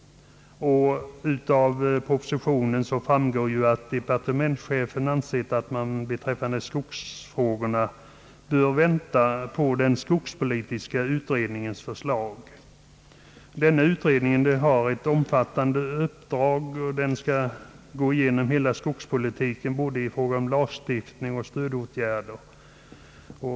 Av propositionen framgår att departementschefen ansett att man beträffande skogsfrågorna bör avvakta den skogspolitiska utredningens = förslag. Denna utredning har ett omfattande uppdrag och skall gå igenom hela skogspolitiken, både i fråga om lagstiftning och stödåtgärder.